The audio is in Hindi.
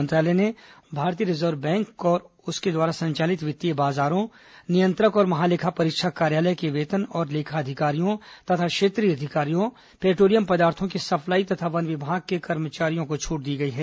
मंत्रालय ने भारतीय रिजर्व बैंक और उसके द्वारा संचालित वित्तीय बाजारों नियंत्रक और महालेखा परीक्षक कार्यालय के वेतन और लेखा अधिकारियों तथा क्षेत्रीय अधिकारियों पेट्रोलियम पदार्थों की सप्लाई तथा वन विभाग के कर्मचारियों को छूट दी है